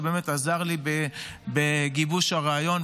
שבאמת עזר לי בגיבוש הרעיון.